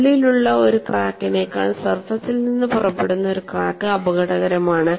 ഉള്ളിലുള്ള ഒരു ക്രാക്കിനെക്കാൾ സർഫേസിൽ നിന്ന് പുറപ്പെടുന്ന ഒരു ക്രാക്ക് അപകടകരമാണ്